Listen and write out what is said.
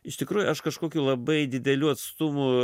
iš tikrųjų aš kažkokiu labai didelių atstumų